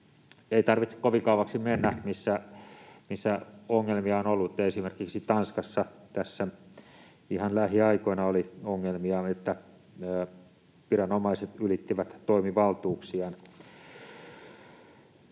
Ei tarvitse kovin kauaksi mennä, kun ongelmia on ollut. Esimerkiksi Tanskassa tässä ihan lähiaikoina oli niitä ongelmia, että viranomaiset ylittivät toimivaltuuksiaan.